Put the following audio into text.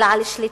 אלא על שליטה,